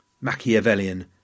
Machiavellian